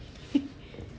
hmm